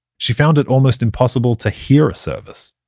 she found it almost impossible to hear a service,